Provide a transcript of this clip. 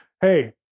hey